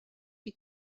die